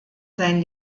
sein